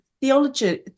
theology